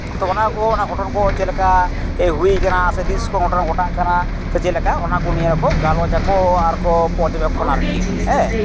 ᱟᱫᱚ ᱚᱱᱟ ᱠᱚ ᱚᱱᱟ ᱜᱷᱚᱴᱚᱱ ᱠᱚ ᱪᱮᱫᱞᱮᱠᱟ ᱦᱩᱭ ᱠᱟᱱᱟ ᱥᱮ ᱛᱤᱥ ᱠᱷᱚᱱ ᱱᱚᱣᱟ ᱜᱷᱚᱴᱚᱱ ᱠᱚ ᱜᱷᱚᱴᱟᱜ ᱠᱟᱱᱟ ᱥᱮ ᱪᱮᱫᱞᱮᱠᱟ ᱚᱱᱟ ᱠᱚ ᱱᱤᱭᱟᱹ ᱠᱚ ᱜᱟᱞᱚᱪᱟᱠᱚ ᱟᱨᱠᱚ ᱯᱚᱨᱡᱚᱵᱮᱠᱠᱷᱚᱱᱟ ᱟᱨᱠᱤ ᱦᱮᱸ